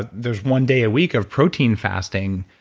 there's one day a week of protein fasting,